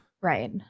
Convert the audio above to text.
Right